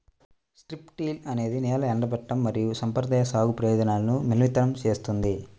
strip till అనేది నేల ఎండబెట్టడం మరియు సంప్రదాయ సాగు ప్రయోజనాలను మిళితం చేస్తుంది